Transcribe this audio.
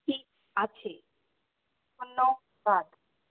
এটি আছে ধন্যবাদ